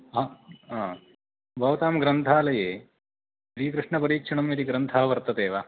हा भवतां ग्रन्थालये श्रीदृष्णपरीक्षणम् इति ग्रन्थः वर्तते वा